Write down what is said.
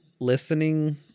listening